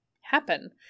happen